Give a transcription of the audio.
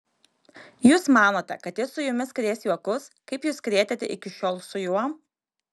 jūs manote kad jis su jumis krės juokus kaip jūs krėtėte iki šiol su juo